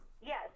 Yes